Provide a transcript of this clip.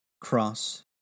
cross